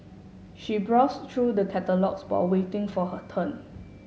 she browse through the catalogues while waiting for her turn